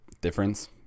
difference